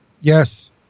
Yes